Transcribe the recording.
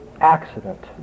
accident